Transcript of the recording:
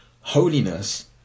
holiness